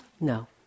no